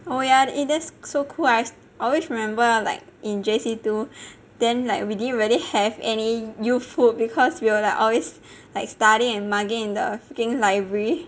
oh yeah eh that's so cool I always remember like in J_C two then like we didn't really have any youthhood because we were like always like study and mugging in the freaking library